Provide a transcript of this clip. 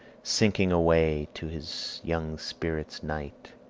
sinking away to his young spirit's night,